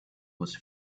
was